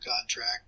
contract